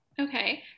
Okay